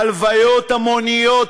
הלוויות המוניות,